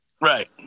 right